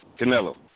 Canelo